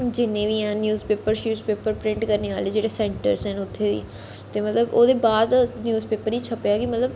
जिन्ने बी हैन न्यूज पेपर शेपर प्रिंट करने आह्ले जेह्ड़े सैंट्रस न उत्थे ते मतलब ओह्दे बाद न्यूज पेपर च छप्पेआ कि मतलब